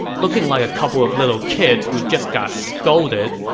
looking like a couple of little kids who just got scolded,